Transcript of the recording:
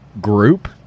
group